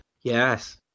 Yes